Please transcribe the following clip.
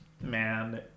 man